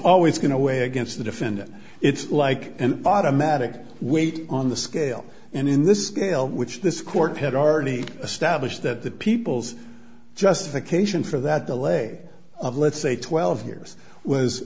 always going to weigh against the defendant it's like an automatic weight on the scale and in this bail which this court had already established that the people's justification for that delay of let's say twelve years was